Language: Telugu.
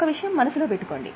ఒక విషయం మనసులో పెట్టుకోండి